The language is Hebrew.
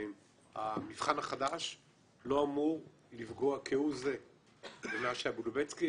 המבחן החדש לא אמור לפגוע כהוא זה במה שהיה בלובצקי,